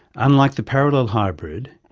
unlike the parallel hybrid,